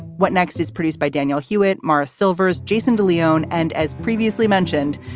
what next is produced by daniel hewitt. martha silvers. jason de leon. and as previously mentioned,